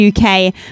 UK